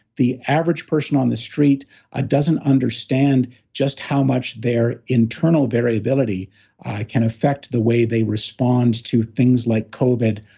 the average person on the street ah doesn't understand just how much their internal variability can affect the way they respond to things like covid,